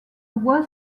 voie